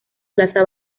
plaza